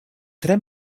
tre